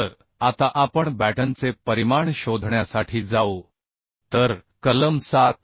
तर आता आपण बॅटनचे परिमाण शोधण्यासाठी जाऊ तर कलम 7